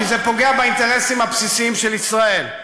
כי זה פוגע באינטרסים הבסיסיים של ישראל.